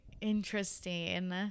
Interesting